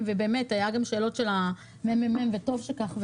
והיו גם שאלות של הממ"מ וטוב שכך,